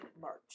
March